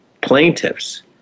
plaintiffs